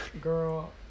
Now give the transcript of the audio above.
girl